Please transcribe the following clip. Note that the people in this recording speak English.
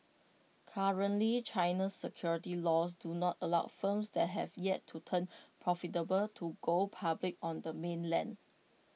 currently China's securities laws do not allow firms that have yet to turn profitable to go public on the mainland